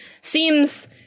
seems